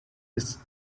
its